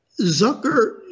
Zucker